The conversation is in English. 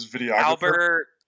Albert